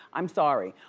i'm sorry.